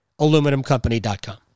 Aluminumcompany.com